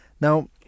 Now